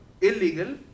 illegal